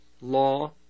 law